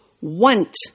Want